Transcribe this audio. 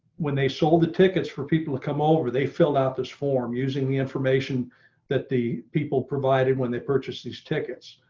when they sold the tickets for people come over, they filled out this form using the information that the people provided when they purchase these tickets.